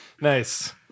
Nice